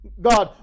God